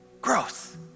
Gross